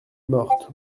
morte